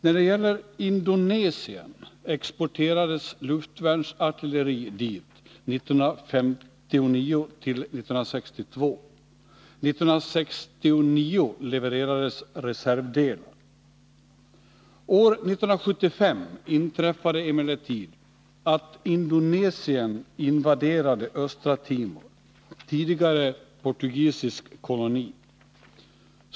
År 1975 inträffade emellertid att Indonesien invaderade Östra Timor, tidigare portugisisk koloni.